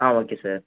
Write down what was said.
ah okay sir